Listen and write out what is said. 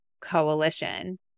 coalition